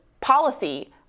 policy